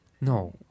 No